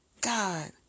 God